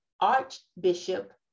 Archbishop